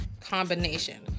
combination